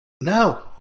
No